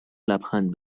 لبخند